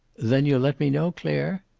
then you'll let me know, clare?